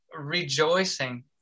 rejoicing